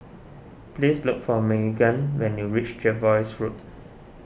please look for Magan when you reach Jervois Road